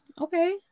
Okay